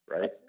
right